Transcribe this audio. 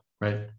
right